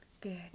Good